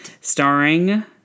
starring